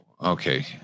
Okay